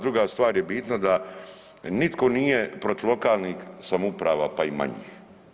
Druga stvar je bitna da nitko nije protiv lokalnih samouprava, pa i manjih.